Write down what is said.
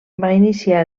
iniciar